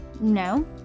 No